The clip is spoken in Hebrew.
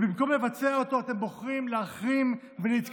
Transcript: ובמקום לבצע אותו אתם בוחרים להחרים ולהתקרבן.